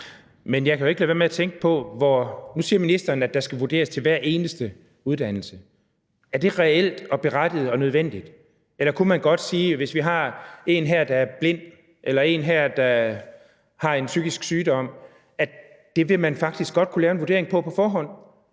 Men jeg kan jo ikke lade være med at tænke på nu, hvor ministeren siger, at der skal vurderes for hver eneste uddannelse, om det er reelt og berettiget og nødvendigt, eller om man godt kunne sige, at hvis vi har en, der er blind, eller en, der har en psykisk sygdom, ville vi faktisk godt kunne lave en vurdering på det på forhånd